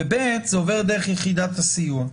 ב' זה עובר דרך יחידת הסיוע.